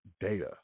data